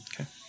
Okay